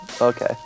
okay